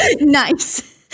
Nice